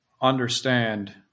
understand